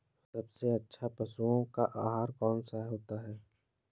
सबसे अच्छा पशुओं का आहार कौन सा होता है?